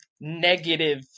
negative